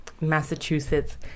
Massachusetts